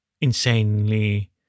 insanely